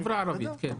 החברה הערבית, כן.